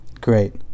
Great